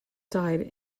died